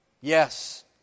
yes